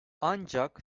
ancak